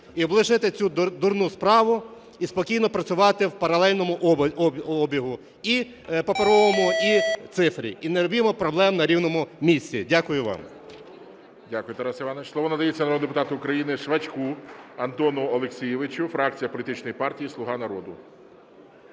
і облишити цю дурну справу, і спокійно працювати в паралельному обігу: і паперовому, і цифрі. І не робімо проблем на рівному місці. Дякую вам. ГОЛОВУЮЧИЙ. Дякую, Тарас Іванович. Слово надається народному депутату України Швачку Антону Олексійовичу, фракція політичної партії "Слуга народу".